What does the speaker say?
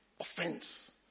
offense